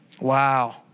Wow